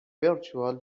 virtual